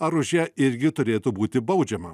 ar už ją irgi turėtų būti baudžiama